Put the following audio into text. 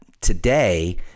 today